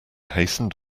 hastened